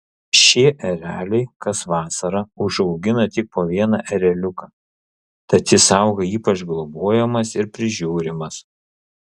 šie ereliai kas vasarą užaugina tik po vieną ereliuką tad jis auga ypač globojamas ir prižiūrimas